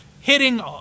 hitting